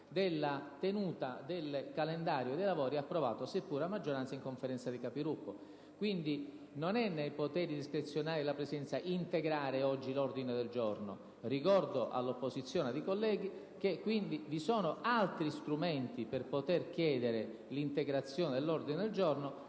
della tenuta del calendario dei lavori, approvato - seppur a maggioranza - in Conferenza dei Capigruppo. Non è quindi nei poteri discrezionali della Presidenza integrare oggi l'ordine del giorno: ricordo ai colleghi, anche dell'opposizione, che vi sono altri strumenti per chiedere l'integrazione dell'ordine del giorno